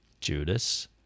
Judas